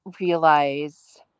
realize